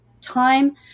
time